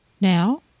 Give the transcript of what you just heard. now